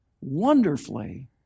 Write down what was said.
wonderfully